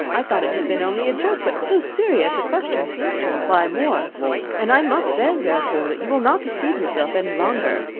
i thought it had been only a joke, but so serious a question seems to imply more and i must beg, therefore, that you will not deceive yourself any longer.